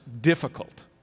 difficult